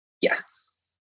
Yes